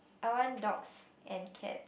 I want dogs and cats